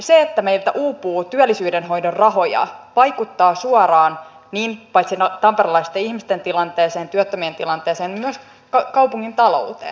se että meiltä uupuu työllisyyden hoidon rahoja vaikuttaa suoraan paitsi tamperelaisten ihmisten tilanteeseen työttömien tilanteeseen myös kaupungin talouteen